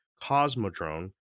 Cosmodrome